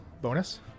bonus